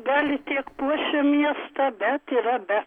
dalį tiek puošia miestą bet yra be